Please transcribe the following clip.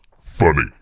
funny